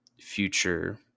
future